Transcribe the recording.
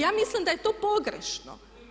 Ja mislim da je to pogrešno.